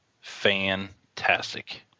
fantastic